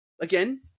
again